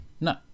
No